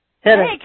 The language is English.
Hey